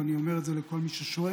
ואני אומר את זה לכל מי ששואל.